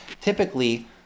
typically